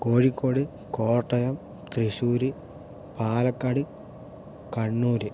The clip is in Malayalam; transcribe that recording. കോഴിക്കോട് കോട്ടയം തൃശ്ശൂർ പാലക്കാട് കണ്ണൂർ